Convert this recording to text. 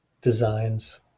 designs